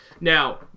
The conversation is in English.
Now